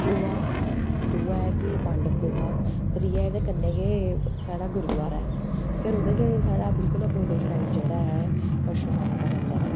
दूआ दूआ ऐ कि पांडव गुफा त्रिया एह्दे कन्नै गै साढ़ा गुरुदोआरा ऐ फ्ही उत्थें गै अपोजिट साईड जेह्ड़ा साढ़ा परशुराम दा मंदर ऐ